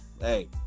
Hey